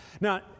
Now